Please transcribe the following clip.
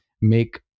make